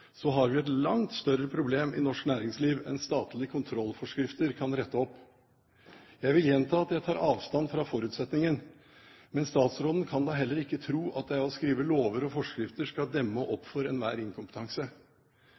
har vi et langt større problem i norsk næringsliv enn statlige kontrollforskrifter kan rette opp. Jeg vil gjenta at jeg tar avstand fra forutsetningen, men statsråden kan da heller ikke tro at det å skrive lover og forskrifter skal demme